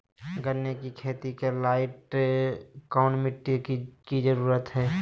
गन्ने की खेती के लाइट कौन मिट्टी की जरूरत है?